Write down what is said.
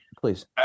Please